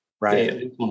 right